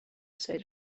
say